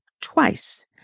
twice